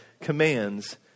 commands